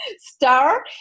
star